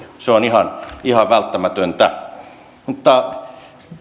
se on ihan ihan välttämätöntä mutta